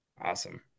awesome